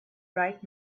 bright